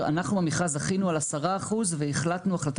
אנחנו במכרז זכינו על 10% והחלטנו החלטה